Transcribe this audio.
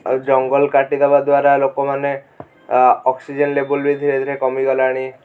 ଆଉ ଜଙ୍ଗଲ କାଟି ଦବା ଦ୍ୱାରା ଲୋକମାନେ ଅକ୍ସିଜେନ୍ ଲେବଲ୍ ବି ଧିରେ ଧିରେ କମିଗଲାଣି